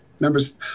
members